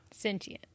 Sentient